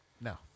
no